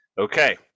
Okay